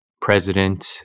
president